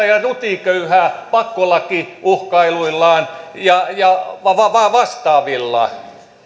ja rutiköyhää pakkolakiuhkailuillaan ja ja vastaavilla